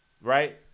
right